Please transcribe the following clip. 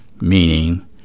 meaning